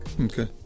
okay